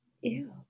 Ew